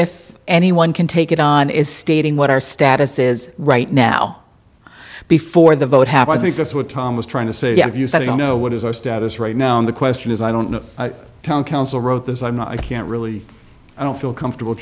if anyone can take it on is stating what our status is right now before the vote have i think that's what tom was trying to say if you said i don't know what is our status right now and the question is i don't know town council wrote this i'm not i can't really i don't feel comfortable